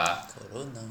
corona